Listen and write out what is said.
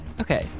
Okay